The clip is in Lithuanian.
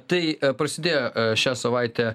tai prasidėjo šią savaitę